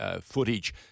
footage